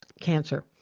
cancer